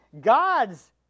God's